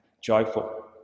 joyful